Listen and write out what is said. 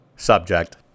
subject